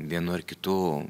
vienu ar kitu